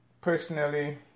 personally